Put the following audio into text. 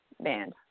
band